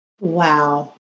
Wow